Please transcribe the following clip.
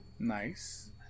Nice